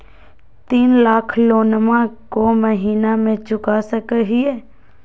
तीन लाख लोनमा को महीना मे चुका सकी हय?